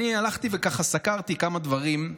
הלכתי וסקרתי כמה דברים.